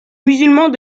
musulmans